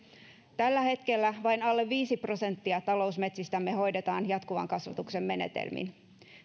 tällä hetkellä vain alle viisi prosenttia talousmetsistämme hoidetaan jatkuvan kasvatuksen menetelmin